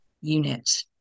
unit